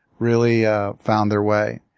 really ah found their way.